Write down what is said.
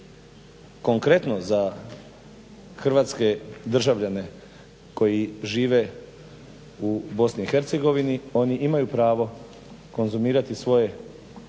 konkretno za hrvatske državljane koji žive u BIH oni imaju pravo konzumirati svoje